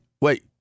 wait